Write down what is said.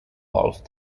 valve